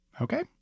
Okay